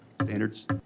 standards